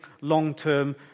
long-term